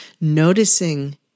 noticing